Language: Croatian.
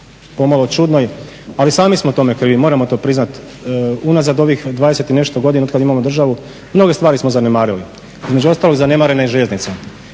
pomalo čudnoj ali sami smo tome krivi, moramo to priznat. Unazad ovih dvadeset i nešto godina od kad imamo državu mnoge stvari smo zanemarili. Između ostalog zanemarena je i željeznica.